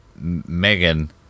Megan